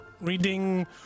reading